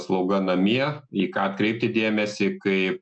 slauga namie į ką atkreipti dėmesį kaip